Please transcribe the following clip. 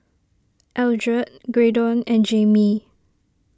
Eldred Graydon and Jaimee